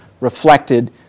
reflected